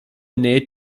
näht